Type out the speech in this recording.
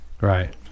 right